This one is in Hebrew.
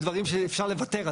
בדברים שאפשר לוותר,